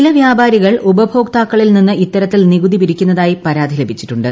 ചില വ്യാപാരികൾ ഉപഭോക്താക്കളിൽ നിന്ന് ഇത്തരത്തിൽ നികുതി പിരിക്കുന്നതായി പരാതി ലഭിച്ചിട്ടുണ്ട്